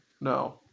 No